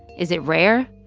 is it rare?